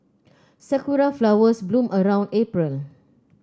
sakura flowers bloom around April